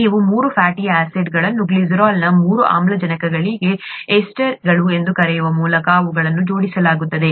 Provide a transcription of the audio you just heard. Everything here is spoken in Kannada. ನೀವು ಮೂರು ಫ್ಯಾಟಿ ಆಸಿಡ್ಗಳನ್ನು ಗ್ಲಿಸರಾಲ್ನ ಮೂರು ಆಮ್ಲಜನಕಗಳಿಗೆ ಎಸ್ಟರ್ ಲಿಂಕ್ಗಳು ಎಂದು ಕರೆಯುವ ಮೂಲಕ ಅವುಗಳನ್ನು ಜೋಡಿಸಿಲಾಗುತ್ತದೆ